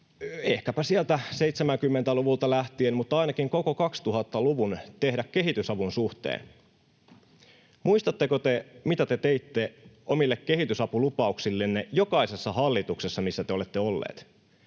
ehkäpä sieltä 70-luvulta lähtien mutta ainakin koko 2000-luvun, tehdä kehitysavun suhteen? Muistatteko te, mitä te teitte omille kehitysapulupauksillenne jokaisessa hallituksessa, missä te olette olleet?